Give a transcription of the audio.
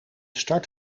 start